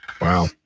Wow